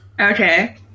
Okay